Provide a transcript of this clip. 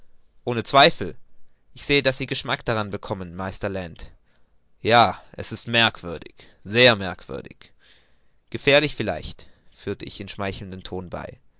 ohne zweifel ich sehe daß sie geschmack daran bekommen meister land ja es ist merkwürdig sehr merkwürdig gefährlich vielleicht fügte ich mit schmeichelndem tone bei